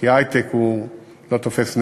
כי ההיי-טק לא תופס נפח,